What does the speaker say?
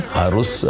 harus